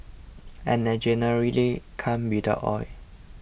and they generally come without oil